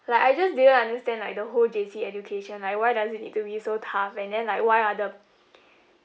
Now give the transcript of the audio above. like I just didn't understand like the whole J_C education like why does it need to be so tough and then like why are the